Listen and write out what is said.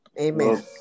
Amen